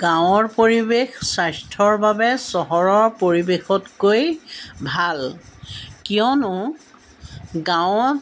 গাঁৱৰ পৰিৱেশ স্বাস্থ্যৰ বাবে চহৰৰ পৰিৱেশতকৈ ভাল কিয়নো গাঁৱত